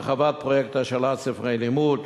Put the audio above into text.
הרחבת פרויקט השאלת ספרי לימוד,